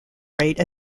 rate